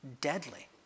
deadly